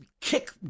kick